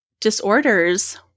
disorders